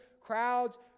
crowds